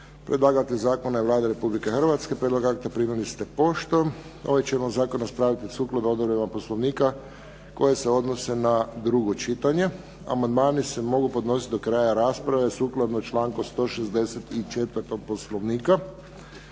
Predlagatelj zakona je Vlada Republike Hrvatske. Prijedlog akta primili ste poštom. Ovaj ćemo zakon raspravljati sukladno odredbama Poslovnika koje se odnose na drugo čitanje. Amandmani se mogu podnositi do kraja rasprave sukladno članku 164. Poslovnika.